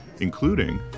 including